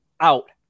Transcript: out